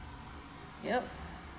yup